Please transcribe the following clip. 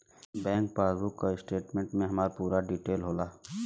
bank passbook statement में हमार पूरा डिटेल होला